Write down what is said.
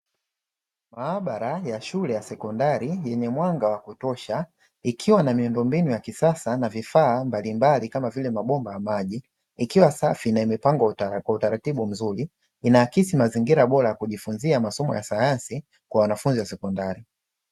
Maabara ya shule ya sekondari yenye mwanga wa kutosha ikiwa na miundo mbinu ya kisasa na vifaa mbali mbali kama vile mabomba ya maji, ikiwa safi na imepangwa kwa utaratibu mzuri. Inaakisi mazingira bora ya kujifunzia masomo ya sayansi, kwa wanafunzi wa sekondari.